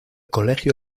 colegio